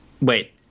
Wait